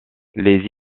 les